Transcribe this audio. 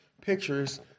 pictures